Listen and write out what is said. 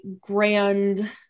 grand